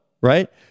right